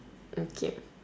okay